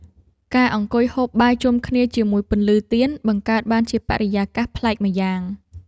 ការអង្គុយហូបបាយជុំគ្នាជាមួយពន្លឺទៀន បង្កើតបានជាបរិយាកាសប្លែកម្យ៉ាង។